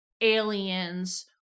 aliens